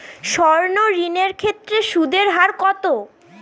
সর্ণ ঋণ এর ক্ষেত্রে সুদ এর হার কত?